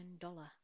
dollar